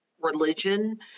religion